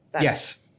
yes